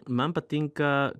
man patinka